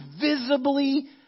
visibly